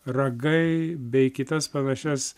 ragai bei kitas panašias